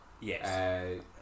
Yes